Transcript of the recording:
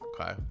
okay